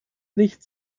nicht